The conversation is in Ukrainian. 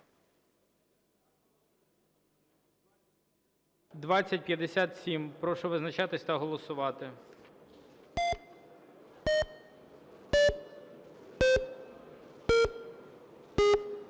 2060. Прошу визначатись та голосувати.